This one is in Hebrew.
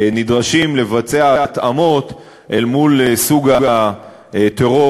נדרשים לבצע התאמות אל מול סוג הטרור